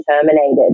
terminated